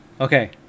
Okay